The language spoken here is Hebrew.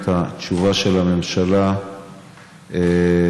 את התשובה של הממשלה וההצבעה,